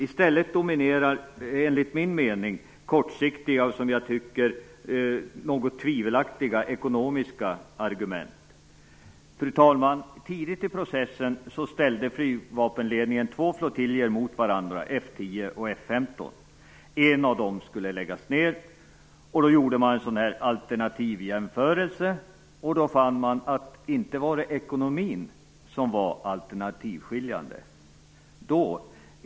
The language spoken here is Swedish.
I stället dominerar kortsiktiga och, enligt min mening, något tvivelaktiga ekonomiska argument. Fru talman! Tidigt i processen ställde flygvapenledningen två flottiljer mot varandra, F 10 och F 15. En av dessa skulle läggas ned. Man gjorde då en alternativjämförelse och fann att det inte var ekonomin som var alternativskiljande.